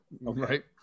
Right